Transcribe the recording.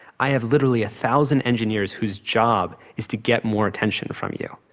i have literally a thousand engineers whose job is to get more attention from you.